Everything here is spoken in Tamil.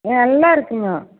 எல்லா இருக்குங்க